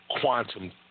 quantum